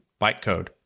bytecode